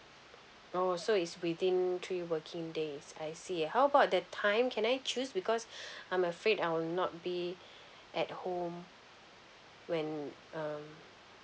oh so it's within three working days I see how about the time can I choose because I'm afraid I will not be at home when um